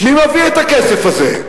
מי מביא את הכסף הזה?